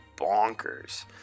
bonkers